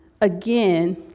again